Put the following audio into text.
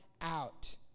out